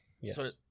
Yes